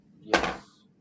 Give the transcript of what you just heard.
Yes